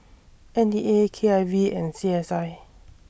N E A K I V and C S I